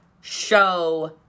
show